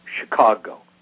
Chicago